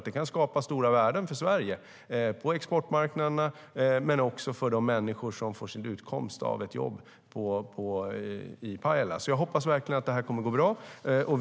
Den kan skapa stora värden för Sverige på exportmarknaderna men också för de människor som får sin utkomst från ett jobb i Pajala.Jag hoppas verkligen att det kommer att gå bra.